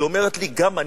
היא אומרת לי: גם אני,